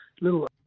little